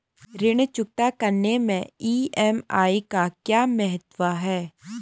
ऋण चुकता करने मैं ई.एम.आई का क्या महत्व है?